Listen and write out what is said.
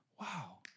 Wow